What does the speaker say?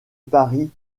paris